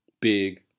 Big